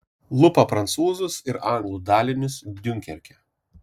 lupa prancūzus ir anglų dalinius diunkerke